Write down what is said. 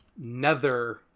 Nether